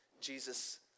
Jesus